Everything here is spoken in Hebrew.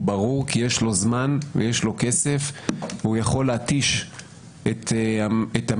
ברור כי יש לו זמן ויש לו כסף והוא יכול להתיש את המתארגנים,